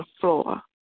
floor